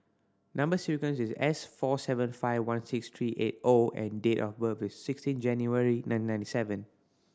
number sequence is S four seven five one six three eight O and date of birth is sixteen January nineteen ninety seven